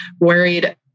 worried